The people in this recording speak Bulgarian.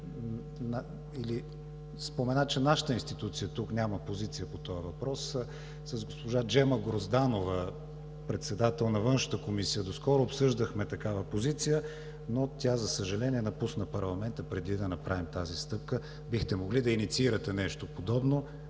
спомена, че нашата институция няма позиция по този въпрос. С госпожа Джема Грозданова – доскоро председател на Външната комисия, обсъждахме такава позиция, но тя, за съжаление, напусна парламента преди да направим тази стъпка. Бихте могли да инициирате нещо подобно